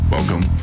Welcome